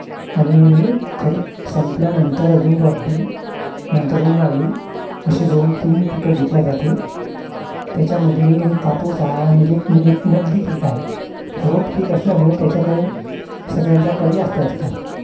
आणि खरीप संपल्यानंतर अजून रब्बी नंतर उन्हाळी असे दोन तीन पिकं घेतले जाते त्याच्यामध्ये हे कापूस हा म्हणजे एक एक नगदी पीक आहे रोख पीक असल्यामुळं त्याच्याकडे सगळ्यांचा कल जास्त असतात